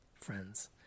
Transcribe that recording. friends